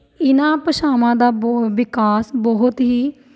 ਇਹਨਾਂ ਭਾਸ਼ਾਵਾਂ ਦਾ ਬੋ ਵਿਕਾਸ ਬਹੁਤ ਹੀ